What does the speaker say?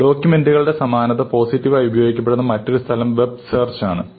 ഡോക്യൂമെന്റുകളുടെ സമാനത പോസിറ്റീവായി ഉപയോഗിക്കപ്പെടുന്ന മറ്റൊരു സ്ഥലം വെബ് സേർച്ച് ആണ്